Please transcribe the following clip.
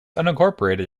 unincorporated